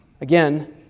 Again